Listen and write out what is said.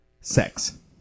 Sex